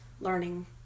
learning